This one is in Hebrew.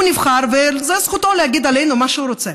הוא נבחר, וזו זכותו להגיד עלינו מה שהוא רוצה.